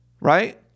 right